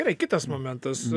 gerai kitas momentas